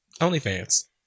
OnlyFans